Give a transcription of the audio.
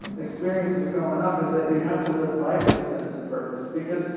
experiences growin' up is that you have to live life with a sense of purpose because,